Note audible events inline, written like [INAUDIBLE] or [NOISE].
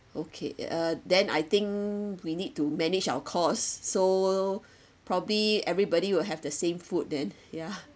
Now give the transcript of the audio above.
okay uh then I think we need to manage our cost so probably everybody will have the same food then ya [LAUGHS]